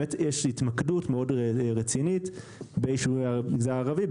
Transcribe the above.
באמת יש התמקדות מאוד רצינית ביישובי המגזר הערבי,